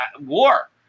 war